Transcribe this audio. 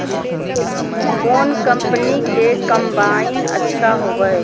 कौन कंपनी के कम्बाइन अच्छा होबो हइ?